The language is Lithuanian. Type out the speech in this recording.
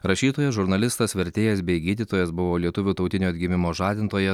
rašytojas žurnalistas vertėjas bei gydytojas buvo lietuvių tautinio atgimimo žadintojas